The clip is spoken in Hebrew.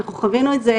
אנחנו חווינו את זה